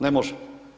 Ne može.